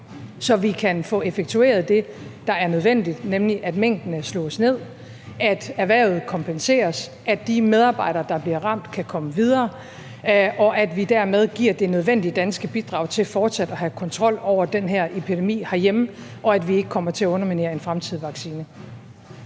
så vi kan få effektueret det, der er nødvendigt, nemlig at minkene slås ned, at erhvervet kompenseres, at de medarbejdere, der bliver ramt, kan komme videre, og at vi dermed giver det nødvendige danske bidrag til fortsat at have kontrol over den her epidemi herhjemme, og at vi ikke kommer til at underminere en fremtidig vaccine.